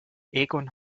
egon